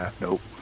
Nope